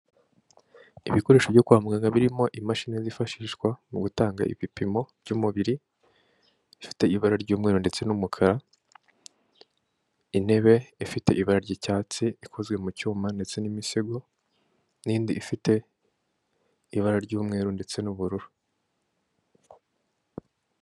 Ibikoresho byo kwa muganga birimo imashini zifashishwa mu gutanga ibipimo by'umubiri, ifite ibara ry'umweru ndetse n'umukara, intebe ifite ibara ry'icyatsi ikozwe mu cyuma ndetse n'imisego n'indi ifite ibara ry'umweru ndetse n'ubururu.